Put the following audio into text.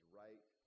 right